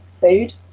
food